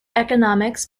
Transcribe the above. economics